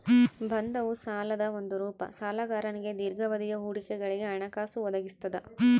ಬಂಧವು ಸಾಲದ ಒಂದು ರೂಪ ಸಾಲಗಾರನಿಗೆ ದೀರ್ಘಾವಧಿಯ ಹೂಡಿಕೆಗಳಿಗೆ ಹಣಕಾಸು ಒದಗಿಸ್ತದ